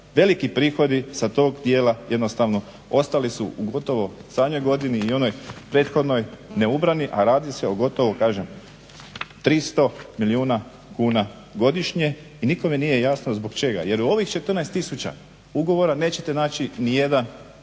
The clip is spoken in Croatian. Veliki prihodi sa tog dijela jednostavno ostali su u gotovo …/Ne razumije se./… godini i onoj prethodnoj neubrani, a radi se o gotovo 300 milijuna kuna godišnje i nikome nije jasno zbog čega, jer u ovih 14000 ugovora nećete naći nijedan